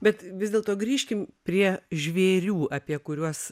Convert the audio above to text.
bet vis dėlto grįžkim prie žvėrių apie kuriuos